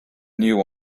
new